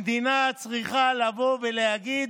המדינה צריכה להגיד: